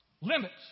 limits